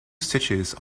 stitches